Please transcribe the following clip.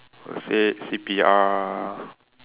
will say C_P_R